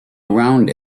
around